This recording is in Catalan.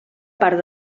part